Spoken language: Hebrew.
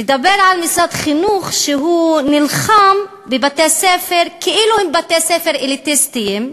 לדבר על משרד חינוך שנלחם בבתי-ספר כאילו הם בתי-ספר אליטיסטיים,